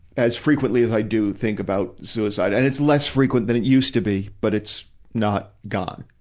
as frequently as i do think about suicide. and it's less frequent than it used to be, but it's not gone.